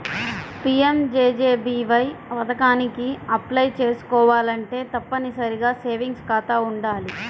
PMJJBY పథకానికి apply చేసుకోవాలంటే తప్పనిసరిగా సేవింగ్స్ ఖాతా వుండాలి